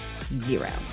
zero